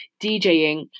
DJing